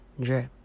drip